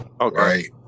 Okay